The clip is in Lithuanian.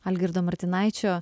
algirdo martinaičio